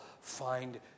find